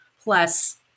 plus